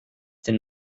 den